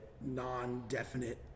non-definite